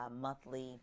monthly